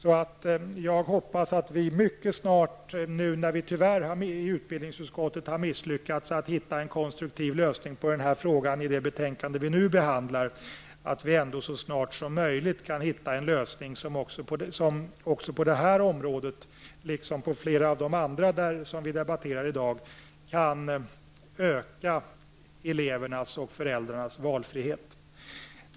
Utbildningsutskottet har tyvärr misslyckats att hitta en konstruktiv lösning på denna fråga i de betänkanden som vi nu behandlar, men jag hoppas att vi ändå så snart som möjligt kan finna en lösning också på detta område, liksom på flera av de andra områden vi debatterar i dag, som kan öka elevernas och föräldrarnas valfrihet.